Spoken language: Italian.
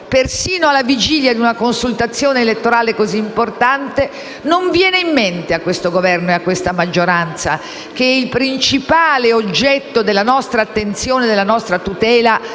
Persino alla vigilia di una consultazione elettorale così importante non viene in mente al Governo e alla sua maggioranza che il principale oggetto della nostra attenzione e tutela